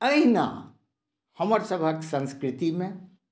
एहिना हमर सभक संस्कृतिमे